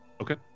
Okay